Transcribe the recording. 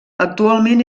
actualment